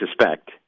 suspect